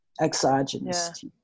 exogenous